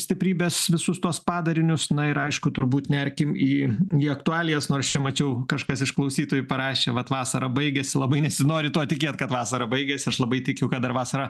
stiprybes visus tuos padarinius na ir aišku turbūt nerkim į į aktualijas nors čia mačiau kažkas iš klausytojų parašė vat vasara baigiasi labai nesinori tuo tikėt kad vasara baigiasi aš labai tikiu kad dar vasara